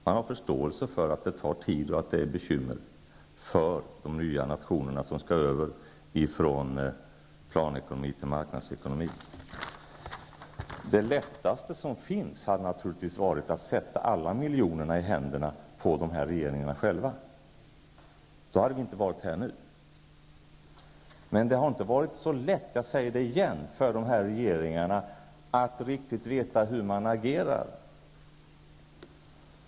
Man har förståelse för att det tar tid, och att de nya nationerna, som skall över från planekonomi till marknadsekonomi, har bekymmer. Det enklaste hade naturligtvis varit att sätta alla miljonerna i händerna på de här regeringarna själva. Då hade vi inte varit här nu. Men det har inte varit så lätt, jag säger det igen, för de här regeringarna att riktigt veta hur man agerar.